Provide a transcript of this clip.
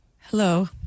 Hello